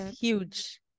huge